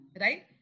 Right